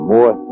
More